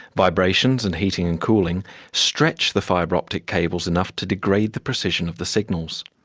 vibrations and heating and cooling stretch the fibre optic cables enough to degrade the precision of the signals.